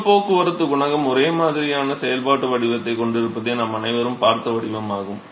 வெப்பப் போக்குவரத்துக் குணகம் ஒரே மாதிரியான செயல்பாட்டு வடிவத்தைக் கொண்டிருப்பதை நாம் அனைவரும் பார்த்த வடிவமாகும்